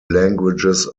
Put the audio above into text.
languages